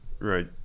Right